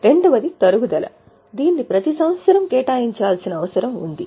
రెండవది తరుగుదల దీన్ని ప్రతి సంవత్సరం కేటాయించాల్సిన అవసరం ఉంది